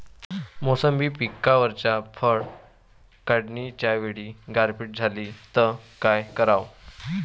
मोसंबी पिकावरच्या फळं काढनीच्या वेळी गारपीट झाली त काय कराव?